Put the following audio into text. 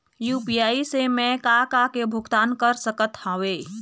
UPI से मैं का का के भुगतान कर सकत हावे?